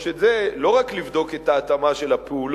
את זה: לא רק לבדוק את ההתאמה של הפעולות